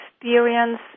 experience